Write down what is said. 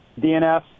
DNF